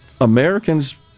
americans